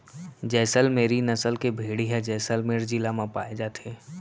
जैसल मेरी नसल के भेड़ी ह जैसलमेर जिला म पाए जाथे